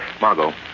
Margot